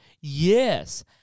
Yes